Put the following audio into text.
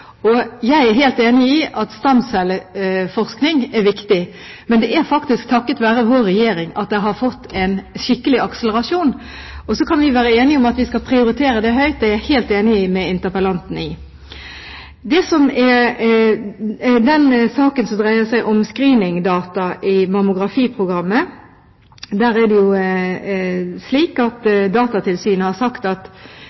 Jeg er helt enig i at stamcelleforskning er viktig. Men det er faktisk takket være vår regjering at dette har fått en skikkelig akselerasjon. Så kan vi være enige om at vi skal prioritere det høyt. Det er jeg helt enig med interpellanten i. I den saken som dreier seg om screeningdata i mammografiprogrammet, er det slik